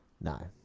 No